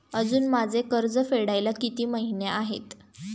अजुन माझे कर्ज फेडायला किती महिने आहेत?